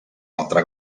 altre